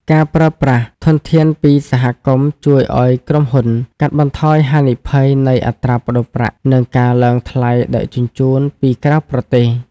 ការប្រើប្រាស់ធនធានពីសហគមន៍ជួយឱ្យក្រុមហ៊ុនកាត់បន្ថយហានិភ័យនៃអត្រាប្តូរប្រាក់ និងការឡើងថ្លៃដឹកជញ្ជូនពីក្រៅប្រទេស។